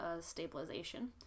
stabilization